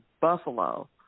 Buffalo